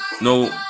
no